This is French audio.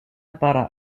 bara